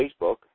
Facebook